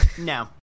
No